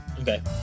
Okay